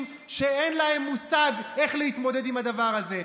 שאין להם מושג איך להתמודד עם הדבר הזה.